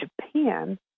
Japan